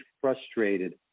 frustrated